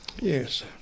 Yes